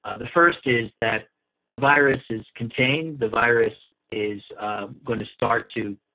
ah the first is that the virus is contained, the virus is going to start to